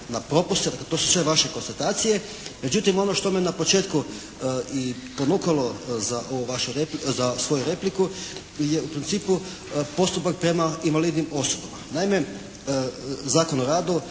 na propuste. Dakle, to su sve vaše konstatacije. Međutim, ono što me na početku i ponukalo za ovu repliku je u principu postupak prema invalidnim osobama. Naime, u Zakonu o radu